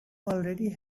already